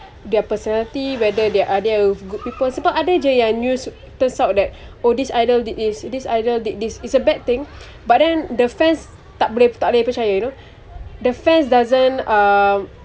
their personality whether they are they good people sebab ada jer yang news turns out that oh this idol did this this idol did this it's a bad thing but then the fans tak boleh tak boleh percaya tu the fans doesn't uh